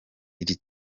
iri